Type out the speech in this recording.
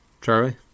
Charlie